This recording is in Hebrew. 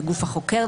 הגוף החוקר,